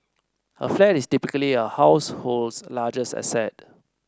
a flat is typically a household's largest asset